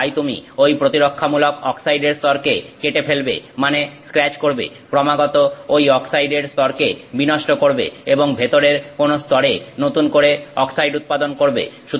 এবং তাই তুমি ওই প্রতিরক্ষামূলক অক্সাইডের স্তরকে কেটে ফেলবে মানে স্ক্র্যাচ করবে ক্রমাগত ঐ অক্সাইডের স্তরকে বিনষ্ট করবে এবং ভেতরের কোন স্তরে নতুন করে অক্সাইড উৎপাদন করবে